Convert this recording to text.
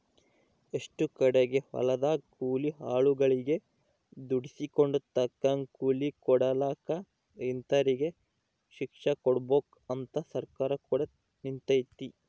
ಎಷ್ಟೊ ಕಡಿಗೆ ಹೊಲದಗ ಕೂಲಿ ಆಳುಗಳಗೆ ದುಡಿಸಿಕೊಂಡು ತಕ್ಕಂಗ ಕೂಲಿ ಕೊಡಕಲ ಇಂತರಿಗೆ ಶಿಕ್ಷೆಕೊಡಬಕು ಅಂತ ಸರ್ಕಾರ ಕೂಡ ನಿಂತಿತೆ